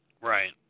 Right